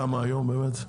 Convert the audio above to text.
כמה זה היום באמת?